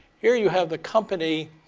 here, you have the company